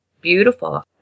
beautiful